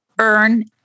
earn